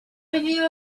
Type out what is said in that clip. review